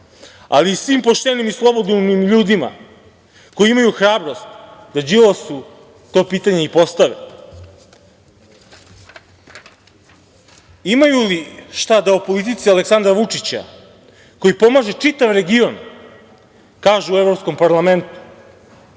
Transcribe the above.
ali i svim poštenim i slobodnim ljudima koji imaju hrabrost da Đilasu, to pitanje i postave. Imaju li šta da o politici Aleksandra Vučića, koji pomaže čitav region, kažu u Evropskom parlamentu,